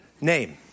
name